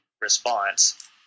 response